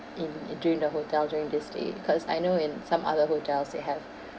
in during the hotel during this day because I know in some other hotels they have